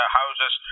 houses